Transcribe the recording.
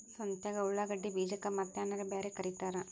ಸಂತ್ಯಾಗ ಉಳ್ಳಾಗಡ್ಡಿ ಬೀಜಕ್ಕ ಮತ್ತೇನರ ಬ್ಯಾರೆ ಕರಿತಾರ?